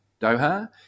Doha